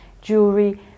jewelry